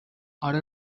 آره